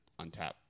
untap